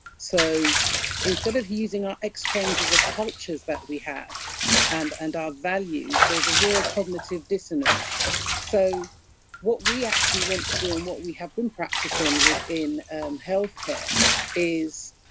so instead of using our exchange of cultures that we have and and our values, there's a real cognitive dissonance so what we actually want to do, what we have been practicing within healthcare is